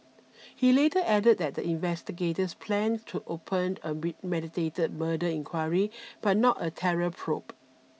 he later added that the investigators planned to open a premeditated murder inquiry but not a terror probe